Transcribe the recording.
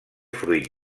fruit